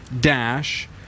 dash